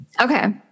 Okay